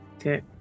Okay